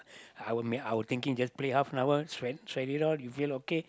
I will make I will thinking just play half an hour sweat sweat it out you feel okay